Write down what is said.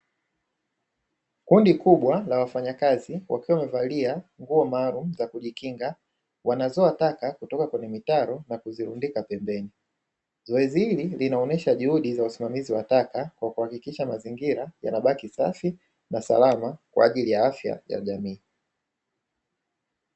Kundi kubwa la wafanyakazi wakiwa wamevalia nguo maalumu za kujikinga, wanazoa taka kutoka kwenye mitaro na kuzilundika pambeni. Zoezi hili linaonyesha juhudi za usimamizi wa taka za kuhakikisha mazingira, yanabaki safi na salama kwa ajili ya afya ya jamii.